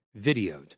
videoed